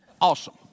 Awesome